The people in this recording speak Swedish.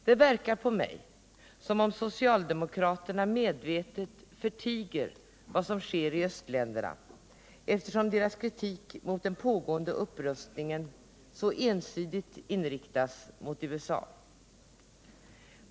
Det verkar på mig som om socialdemokraterna medvetet förtiger vad som sker i östländerna, eftersom deras kritik mot den pågående upprustningen så ensidigt inriktas mot USA.